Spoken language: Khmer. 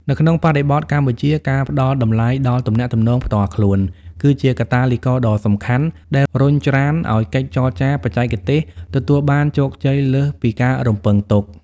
នៅក្នុងបរិបទកម្ពុជា ការផ្តល់តម្លៃដល់ទំនាក់ទំនងផ្ទាល់ខ្លួន គឺជាកាតាលីករដ៏សំខាន់ដែលរុញច្រានឱ្យកិច្ចចរចាបច្ចេកទេសទទួលបានជោគជ័យលើសពីការរំពឹងទុក។